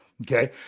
Okay